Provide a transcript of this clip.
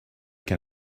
can